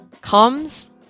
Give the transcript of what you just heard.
comes